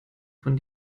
von